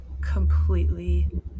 completely